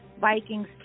Vikings